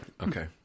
Okay